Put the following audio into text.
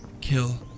kill